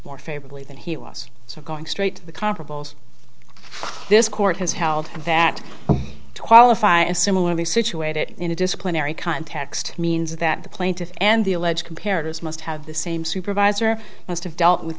more favorably than he was so going straight to the comparables this court has held that to qualify as similarly situated in a disciplinary context means that the plaintiff and the alleged comparatives must have the same supervisor must have dealt with